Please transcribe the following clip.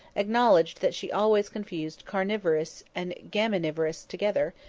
acknowledged that she always confused carnivorous and graminivorous together,